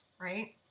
right